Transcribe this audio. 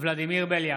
ולדימיר בליאק,